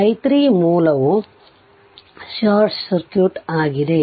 i 3 ಮೂಲವು short circuit ಆಗಿದೆ